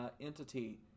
entity